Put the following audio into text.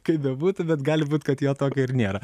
kaip bebūtų bet gali būt kad jo tokio ir nėra